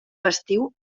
festiu